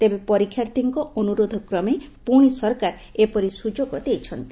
ତେବେ ପରୀକ୍ଷାର୍ଥୀଙ୍କ ଅନୁରୋଧକ୍ରମେ ପୁଶି ସରକାର ଏପରି ସ୍ରଯୋଗ ଦେଇଛନ୍ତି